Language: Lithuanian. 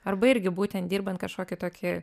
arba irgi būtent dirbant kažkokį tokį